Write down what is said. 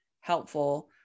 helpful